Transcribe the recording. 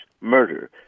murder